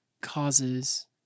causes